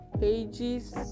pages